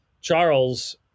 Charles